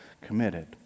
committed